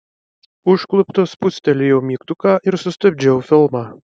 užkluptas spustelėjau mygtuką ir sustabdžiau filmą